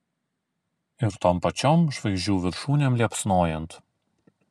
ir tom pačiom žvaigždžių viršūnėm liepsnojant